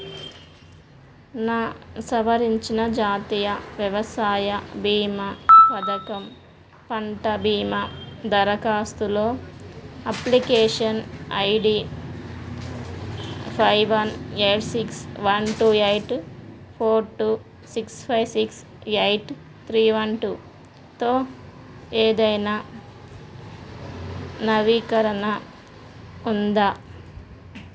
నా సవరించిన జాతీయ వ్యవసాయ భీమా పథకం పంట భీమా దరఖాస్తులో application ID five one eight six one two eight four two six five six eight three one టూతో ఏదైనా నవీకరణ ఉందా